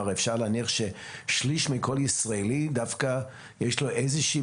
אפשר להניח ששליש מכל ישראלי הוא בעל איזשהו